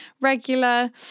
regular